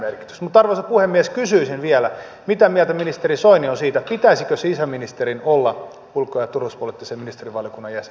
mutta arvoisa puhemies kysyisin vielä mitä mieltä ministeri soini on siitä pitäisikö sisäministerin olla ulko ja turvallisuuspoliittisen ministerivaliokunnan jäsen